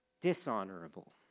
dishonorable